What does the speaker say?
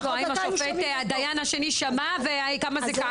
לו האם הדיין השני שמע וכמה זה כאב לך.